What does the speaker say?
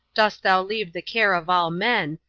dost thou leave the care of all men,